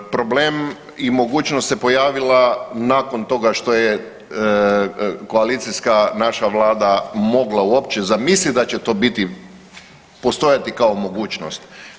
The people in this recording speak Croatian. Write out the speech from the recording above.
Problem i mogućnost se pojavila nakon toga što je koalicijska naša Vlada mogla uopće zamisliti da će to biti, postojati kao mogućnost.